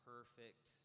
Perfect